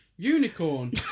Unicorn